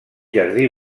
jardí